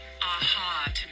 aha